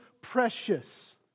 precious